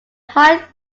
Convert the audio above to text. hide